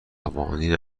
قوانین